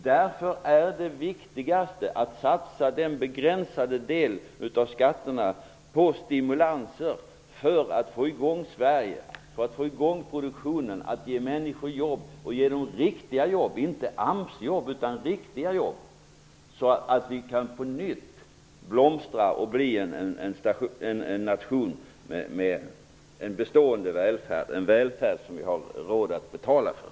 Därför är det viktigast att satsa den begränsade delen av skatterna på stimulanser för att få i gång produktionen, för att ge människor jobb -- riktiga jobb, inte AMS-jobb -- så att Sverige på nytt kan blomstra och bli en nation med en bestående välfärd, en välfärd som vi har råd att betala för.